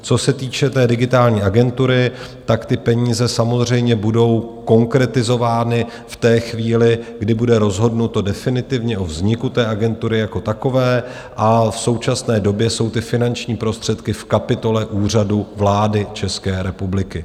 Co se týče té Digitální agentury, peníze samozřejmě budou konkretizovány v té chvíli, kdy bude rozhodnuto definitivně o vzniku té agentury jako takové, a v současné době jsou ty finanční prostředky v kapitole Úřadu vlády České republiky.